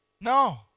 No